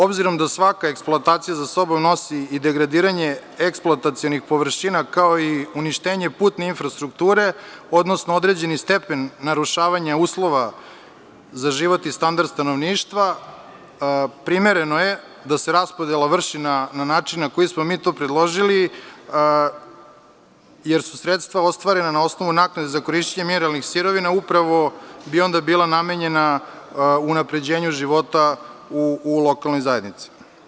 Obzirom da svaka eksploatacija za sobom nosi i degradiranje eksploatacionih površina kao i uništenje putne infrastrukture, odnosno određeni stepen narušavanja uslova za životni standard stanovništva, primereno je da se raspodela vrši na način na koji smo mi to predložili, jer sredstva ostvarena na osnovu naknade za korišćenje mineralnih sirovina upravo bi onda bila namenjena unapređenju života u lokalnoj zajednici.